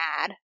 mad